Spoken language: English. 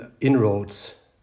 inroads